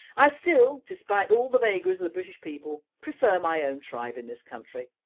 i still despite all the vagaries of the british people prefer my own tribe in this country.